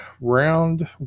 round